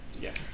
yes